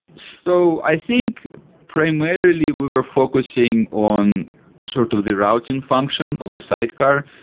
so, i think primarily we were focusing on sort of the routing function of the sidecar.